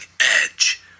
Edge